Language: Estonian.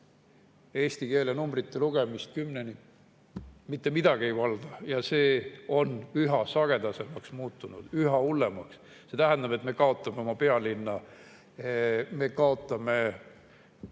eesti keeles numbrite lugemist kümneni. Mitte midagi ei valda. Ja see on üha sagedasemaks muutunud, üha hullemaks. See tähendab, et me kaotame oma pealinnas seaduse